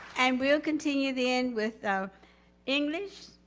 and we will continue then with the english.